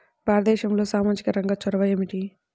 భారతదేశంలో సామాజిక రంగ చొరవ ఏమిటి?